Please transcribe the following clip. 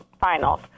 finals